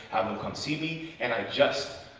have them come see me. and i just,